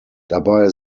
dabei